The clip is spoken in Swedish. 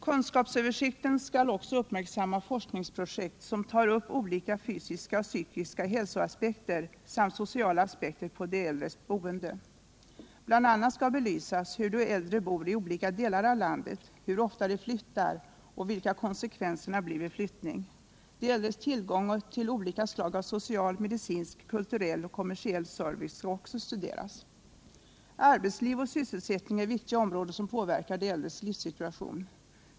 Kunskapsöversikten skall också uppmärksamma forskningsprojekt som tar upp olika fysiska och psykiska hälsoaspekter samt sociala aspekter på de äldres boende. BI. a. skall belysas hur de äldre bor i olika delar av landet, hur ofta de flyttar och vilka konsekvenserna blir vid flyttning. De äldres tillgång till olika slag av social, medicinsk, kulturell och kommersiell service skall också studeras. Arbetsliv och sysselsättning är viktiga områden som påverkar de äldres livssituation.